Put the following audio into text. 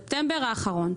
זה היה בספטמבר האחרון.